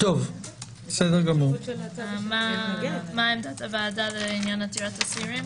מה עמדת הוועדה לעניין עתירת אסירים?